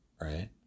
right